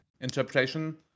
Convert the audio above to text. interpretation